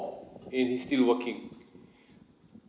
and he's still working